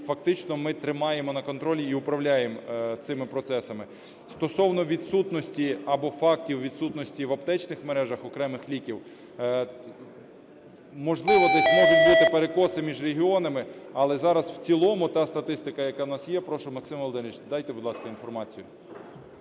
фактично ми тримаємо на контролі і управляємо цими процесами. Стосовно відсутності або фактів відсутності в аптечних мережах окремих ліків. Можливо, десь можуть бути перекоси між регіонами. Але зараз в цілому та статистика, яка у нас є, прошу, Максим Володимирович, дайте, будь ласка, інформацію.